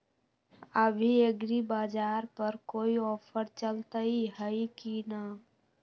अभी एग्रीबाजार पर कोई ऑफर चलतई हई की न?